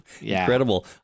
incredible